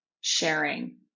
sharing